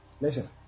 Listen